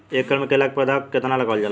एक एकड़ में केला के कितना पौधा लगावल जाला?